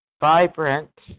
vibrant